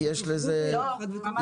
כי יש לזה מורכבויות.